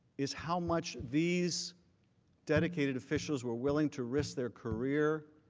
is how much these dedicated officials were willing to risk their career,